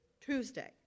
Tuesday